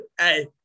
Hey